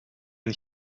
een